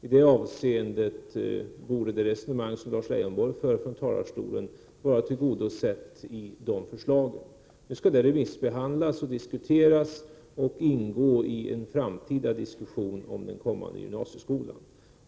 I det avseendet borde det resonemang Lars Leijonborg för från talarstolen vara tillgodosett genom de förslagen. Nu skall förslagen remissbehandlas och ingå i en framtida diskussion om den kommande gymnasieskolan.